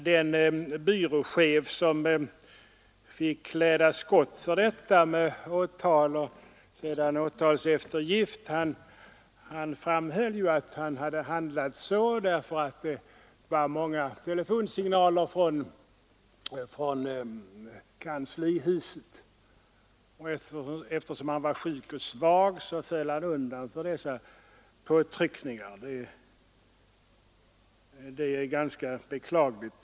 Den byråchef, som fick kläda skott för detta med åtal som följd och sedan åtalseftergift, framhöll att orsaken till hans handlande var de många telefonsignalerna från kanslihuset. Eftersom han var sjuk och svag föll han undan för dessa påtryckningar. Det här skeendet är minst sagt beklagligt.